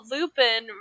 Lupin